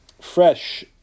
fresh